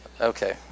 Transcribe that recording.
Okay